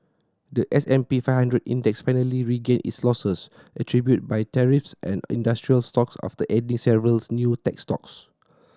the S and P five hundred Index finally regained its losses attributed by tariffs on industrial stocks after adding several new tech stocks